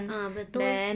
ah betul